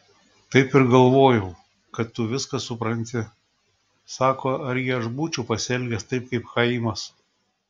taip ir galvojau kad tu viską supranti sako argi aš būčiau pasielgęs taip kaip chaimas